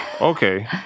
Okay